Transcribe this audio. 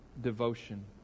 devotion